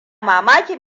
mamakin